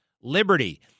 liberty